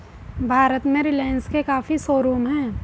भारत में रिलाइन्स के काफी शोरूम हैं